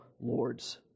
lords